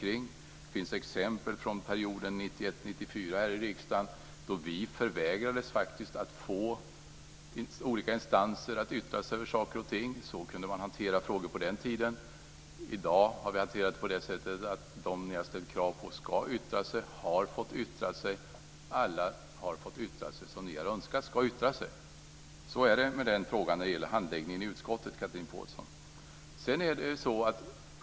Det finns exempel från perioden 1991-1994 här i riksdagen då vi förvägrades att få olika instanser att yttra sig över saker och ting. Så kunde man hantera frågor på den tiden. I dag har vi hanterat det på det sättet att de som ni har ställt krav på ska yttra sig har fått yttra sig. Alla som ni har önskat ska yttra sig har fått yttra sig. Så är det när det gäller handläggningen av frågan i utskottet.